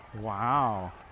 Wow